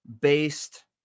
based